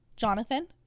Jonathan